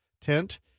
tent